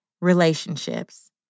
relationships